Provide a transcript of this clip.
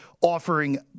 offering